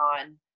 on